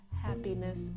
happiness